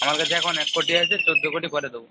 আমার কাছে এখন এক কোটি আছে চোদ্দো কোটি পরে দোবো